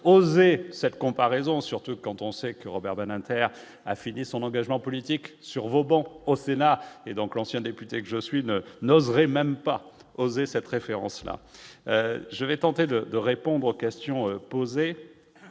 oser cette comparaison, surtout quand on sait que Robert Badinter a fini son engagement politique sur vos bancs au Sénat et donc l'ancien député que je suis ne nos aurait même pas osé cette référence là je vais tenter de répondre aux questions posées,